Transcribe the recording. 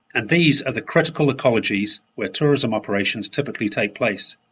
and these are the critical ecologies where tourism operations typically take place.